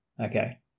Okay